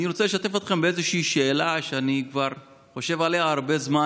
אני רוצה לשתף אתכם באיזושהי שאלה שאני חושב עליה כבר הרבה זמן,